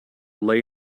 lay